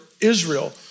Israel